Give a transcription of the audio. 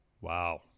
Wow